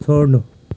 छोड्नु